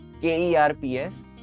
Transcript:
K-E-R-P-S